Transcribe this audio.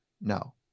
No